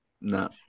No